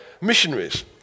missionaries